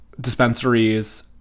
dispensaries